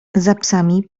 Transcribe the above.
psami